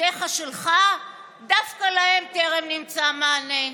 מסיבותיך שלך דווקא להם טרם נמצא מענה.